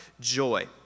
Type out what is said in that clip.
joy